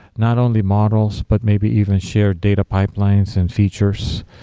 not only models, but maybe even share data pipelines and features.